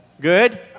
Good